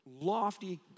lofty